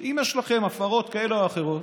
אם יש לכם הפרות כאלה או אחרות,